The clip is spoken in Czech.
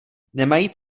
nemají